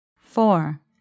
four